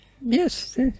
Yes